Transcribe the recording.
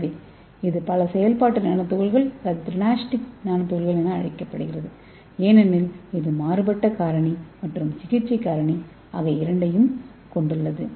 எனவே இது பல செயல்பாட்டு நானோ துகள்கள் அல்லது தெரனோஸ்டிக் நானோ துகள்கள் என அழைக்கப்படுகிறது ஏனெனில் இது மாறுபட்ட காரணி மற்றும் சிகிச்சை காரணி ஆகிய இரண்டையும் கொண்டுள்ளது